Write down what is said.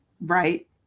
right